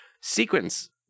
sequence